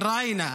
תודה רבה.